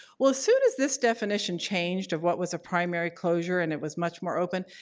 well, as soon as this definition changed of what was a primary closure and it was much more open,